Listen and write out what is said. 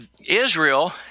Israel